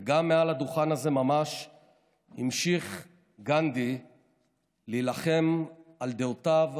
וגם מעל הדוכן הזה ממש המשיך גנדי להילחם על דעותיו,